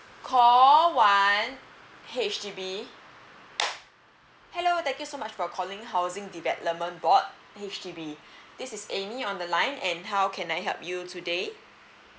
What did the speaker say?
call one H_D_B hello thank you so much for calling housing development board H_D_B this is amy on the line and how can I help you today